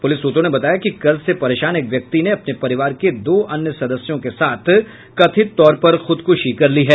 police सूत्रों ने बताया है कि कर्ज से परेशान एक व्यक्ति ने अपने परिवार के दो अन्य सदस्यों के साथ कथित तौर पर खुदकुशी कर ली है